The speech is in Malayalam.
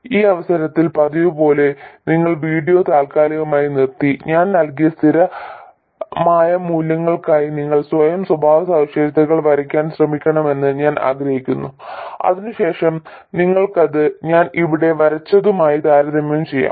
ഈ അവസരത്തിൽ പതിവുപോലെ നിങ്ങൾ വീഡിയോ താൽക്കാലികമായി നിർത്തി ഞാൻ നൽകിയ സ്ഥിരമായ മൂല്യങ്ങൾക്കായി നിങ്ങൾ സ്വയം സ്വഭാവസവിശേഷതകൾ വരയ്ക്കാൻ ശ്രമിക്കണമെന്ന് ഞാൻ ആഗ്രഹിക്കുന്നു അതിനുശേഷം നിങ്ങൾക്കത് ഞാൻ ഇവിടെ വരച്ചതുമായി താരതമ്യം ചെയ്യാം